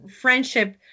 friendship